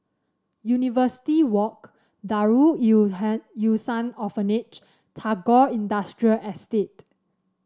University Walk Darul Ihsan Orphanage and Tagore Industrial Estate